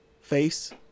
face